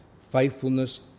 faithfulness